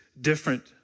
different